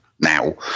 now